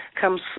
comes